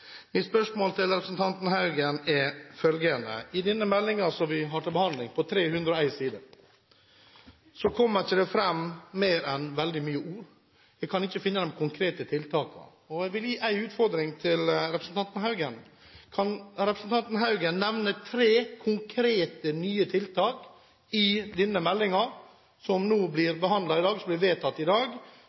Mitt spørsmål til representanten Haugen dreier seg om at det i denne meldingen, på 301 sider, som vi har til behandling, ikke kommer fram mer enn veldig mange ord. Jeg kan ikke finne de konkrete tiltakene. Jeg vil gi en utfordring til representanten Haugen: Kan representanten Haugen nevne tre konkrete, nye tiltak i meldingen som nå blir behandlet, og som blir vedtatt i dag,